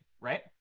right